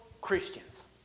Christians